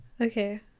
Okay